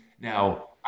Now